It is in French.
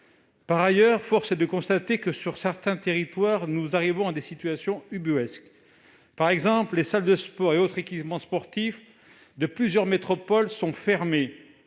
Par ailleurs, force est de constater que, sur certains territoires, nous arrivons à des situations ubuesques. Par exemple, les salles de sport et autres équipements sportifs de plusieurs métropoles sont fermés,